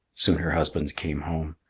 soon her husband came home.